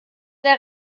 der